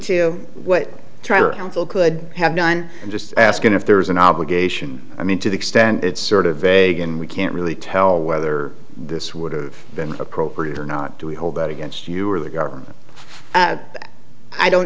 council could have done i'm just asking if there was an obligation i mean to the extent it's sort of vague and we can't really tell whether this would have been appropriate or not to hold that against you or the government i don't